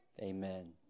Amen